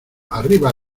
arriba